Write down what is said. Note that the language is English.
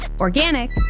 organic